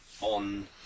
on